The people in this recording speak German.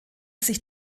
sich